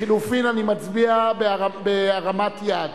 לחלופין, אני מצביע בהרמת יד.